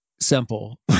simple